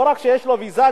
לא רק שיש לו ויזה,